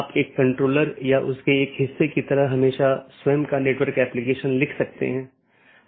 इसका मतलब है यह चीजों को इस तरह से संशोधित करता है जो कि इसके नीतियों के दायरे में है